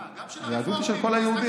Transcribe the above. אה, גם של הרפורמים?